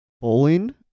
Bowling